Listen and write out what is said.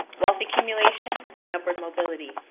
wealth accumulation, and upward mobility.